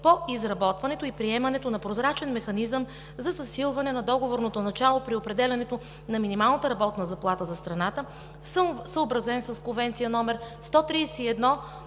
по изработването и приемането на прозрачен механизъм за засилване на договорното начало при определянето на минималната работна заплата за страната, съобразен с Конвенция № 131